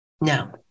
No